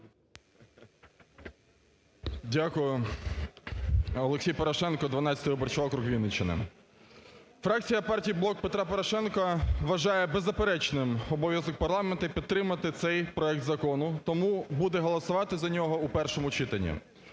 Дякую. Олексій Порошенко, 12 виборчий округ, Вінниччина. Фракція партії "Блок Петра Порошенка" вважає беззаперечним обов'язок парламенту підтримати цей проект закону, тому будемо голосувати за нього в першому читанні.